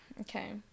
okay